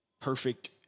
perfect